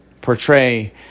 portray